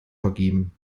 vergeben